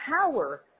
power